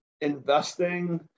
investing